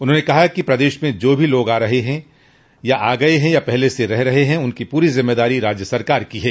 उन्होंने कहा कि प्रदेश में जो भी लोग आ गये है या पहले से रह रहे हैं उनकी पूरी जिम्मेदारी राज्य सरकार की है